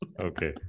okay